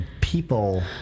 people